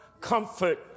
comfort